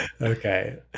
Okay